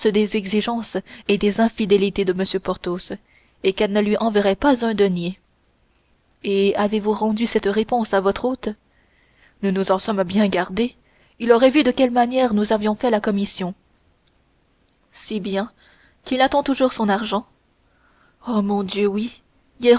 des exigences et des infidélités de m porthos et qu'elle ne lui enverrait pas un denier et avez-vous rendu cette réponse à votre hôte nous nous en sommes bien gardés il aurait vu de quelle manière nous avions fait la commission si bien qu'il attend toujours son argent oh mon dieu oui